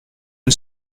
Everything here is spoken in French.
une